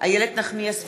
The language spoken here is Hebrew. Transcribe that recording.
איילת נחמיאס ורבין,